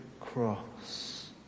cross